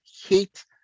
hate